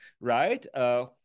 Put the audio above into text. right